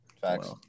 Facts